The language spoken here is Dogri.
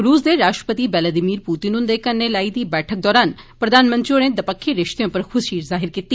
रुस दे राष्ट्रपति वलादिमीर पुतिन हन्दे कन्नै लाई दी बैठक दौरान प्रधानमंत्री होरें दपक्खी रिश्तें उप्पर खुशी जाहिर कीती